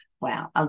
Wow